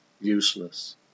useless